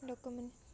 ଲୋକମାନେ